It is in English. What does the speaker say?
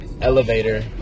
elevator